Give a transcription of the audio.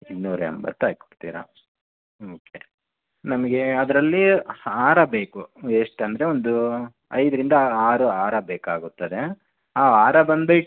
ಇನ್ನೂರ ಎಂಬತ್ತು ಹಾಕಿಕೊಡ್ತೀರಾ ಓಕೆ ನಮಗೆ ಅದರಲ್ಲಿ ಹಾರ ಬೇಕು ಎಷ್ಟೆಂದರೆ ಒಂದು ಐದರಿಂದ ಆರು ಹಾರ ಬೇಕಾಗುತ್ತದೆ ಆ ಹಾರ ಬಂದ್ಬಿಟ್ಟು